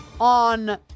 on